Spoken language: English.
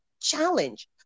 challenge